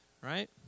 Right